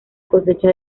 cosecha